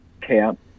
camp